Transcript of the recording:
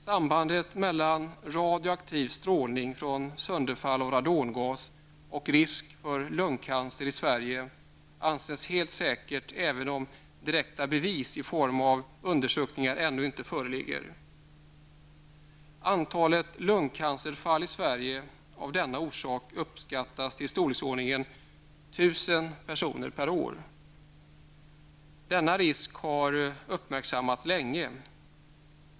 Sambandet mellan radioaktiv strålning från sönderfall av radongas och risk för lungcancer i Sverige anses helt säkert, även om direkta bevis i form av undersökningar ännu inte föreligger. Antalet lungcancerfall av denna orsak i Sverige uppskattas till i storleksordningen 1 000 personer per år. Denna risk har uppmärksammats länge.